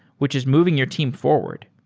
which is moving your team forward.